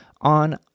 on